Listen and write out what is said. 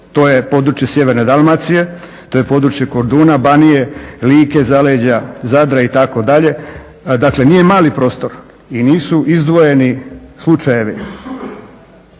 To je područje sjeverne Dalmacije, to je područje Korduna, Banije, Like, zaleđa Zadra itd.. Dakle, nije mali prostor i nisu izdvojeni slučajevi.